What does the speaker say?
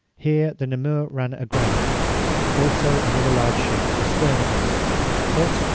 here the namur ran aground and also another large ship astern of us but,